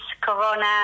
Corona